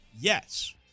yes